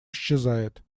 исчезает